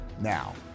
now